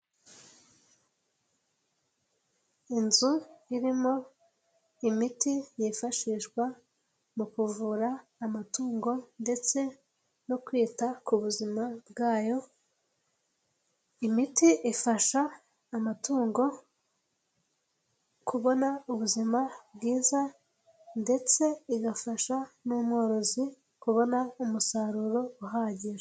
Inzu irimo imiti yifashishwa mu kuvura amatungo ndetse no kwita ku buzima bwayo, imiti ifasha amatungo kubona ubuzima bwiza ndetse igafasha n'umworozi kubona umusaruro uhagije.